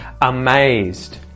Amazed